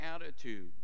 attitude